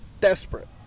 desperate